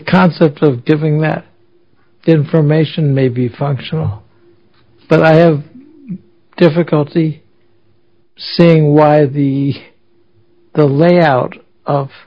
concept of giving that information may be functional but i have difficulty seeing why the the layout of